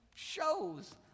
shows